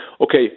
okay